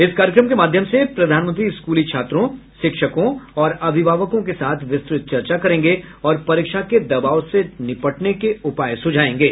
इस कार्यक्रम के माध्यम से प्रधानमंत्री स्कूली छात्रों शिक्षकों और अभिभावकों के साथ विस्तृत चर्चा करेंगे और परीक्षा के दबाव से निपटने के उपाय सुझाएंगे